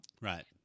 Right